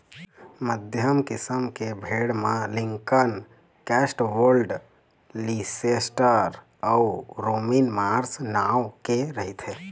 मध्यम किसम के भेड़ म लिंकन, कौस्टवोल्ड, लीसेस्टर अउ रोमनी मार्स नांव के रहिथे